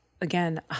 again